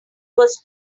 was